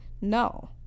no